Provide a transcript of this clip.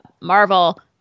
Marvel